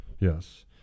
Yes